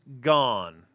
gone